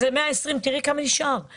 ותראו כמה נשארו מהם.